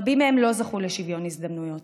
רבים מהם לא זכו לשוויון הזדמנויות.